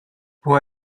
può